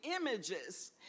images